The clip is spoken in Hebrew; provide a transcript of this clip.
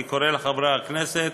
אני קורא לחברי הכנסת